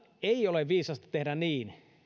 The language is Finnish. ei ole viisasta tehdä niin